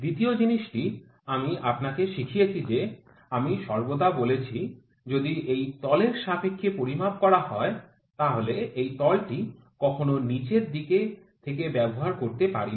দ্বিতীয় জিনিসটি আমি আপনাকে শিখিয়েছি যে আমি সর্বদা বলেছি যদি এই তলের সাপেক্ষে পরিমাপ করা হয় তাহলে এই তলটিকে কখনো নিচের দিকে থেকে ব্যবহার করতে পারি না